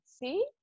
See